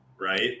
right